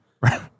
Right